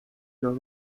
los